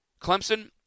Clemson